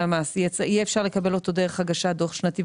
המס יהיה אפשר לקבל אותו דרך הגשת דוח שנתי,